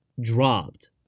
dropped